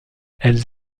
elles